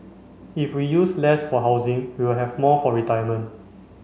if we use less for housing we will have more for retirement